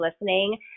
listening